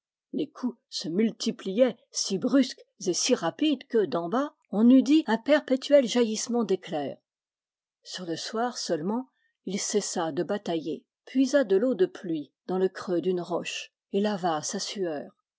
les coups se multiplaient si brusques et si rapides que d'en bas on eût dit un perpétuel jaillissement d'éclairs sur le soir seu lement il cessa de batailler puisa de l'eau de pluie dans le creux d'une roche et lava sa sueur